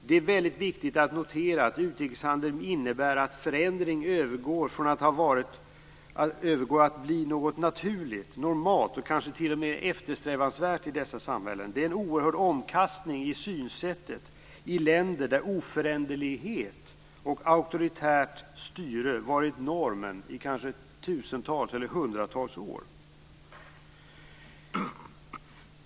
Det är väldigt viktigt att notera att utrikeshandeln innebär att förändring övergår till att bli något naturligt, normalt och kanske t.o.m. eftersträvansvärt i dessa samhällen. Det är en oerhörd omkastning i synsättet i länder där oföränderlighet och auktoritärt styre har varit norm i kanske tusentals eller hundratals år.